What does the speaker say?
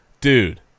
dude